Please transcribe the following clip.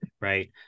right